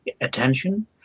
attention